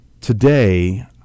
today